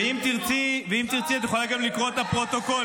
-- ואם תרצי, את יכולה גם לקרוא את הפרוטוקולים.